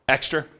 Extra